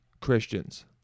Christians